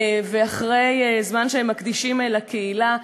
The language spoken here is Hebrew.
ואחרי זמן שהם מקדישים לקהילה,